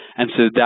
and so